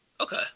Okay